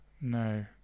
No